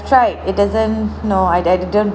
tried it doesn't no I I didn't